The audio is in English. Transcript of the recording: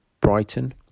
Brighton